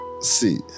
See